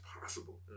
possible